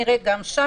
שאז נראה פחות דחוף,